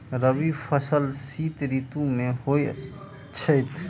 रबी फसल शीत ऋतु मे होए छैथ?